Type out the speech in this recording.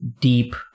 deep